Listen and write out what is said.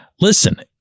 Listen